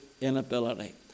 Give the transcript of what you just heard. inability